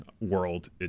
world